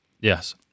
Yes